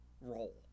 role